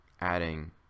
adding